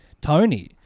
Tony